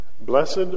Blessed